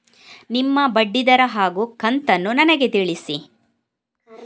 ನಿಮ್ಮ ಬಡ್ಡಿದರ ಹಾಗೂ ಕಂತನ್ನು ನನಗೆ ತಿಳಿಸಿ?